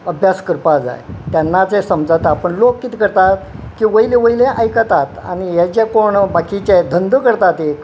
अभ्यास करपा जाय तेन्नाच समजता पूण लोक कितें करतात की वयले वयले आयकतात आनी हे जे कोण बाकीचे धंदो करतात एक